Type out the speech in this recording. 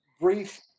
brief